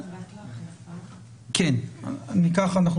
(הישיבה נפסקה בשעה 12:10 ונתחדשה בשעה 12:13.) בזמן הקרוב אני מבקש